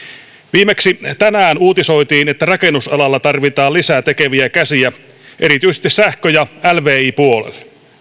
viimeksi tänään uutisoitiin että rakennusalalla tarvitaan lisää tekeviä käsiä erityisesti sähkö ja lvi puolelle